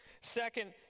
Second